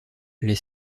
les